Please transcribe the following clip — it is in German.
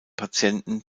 patienten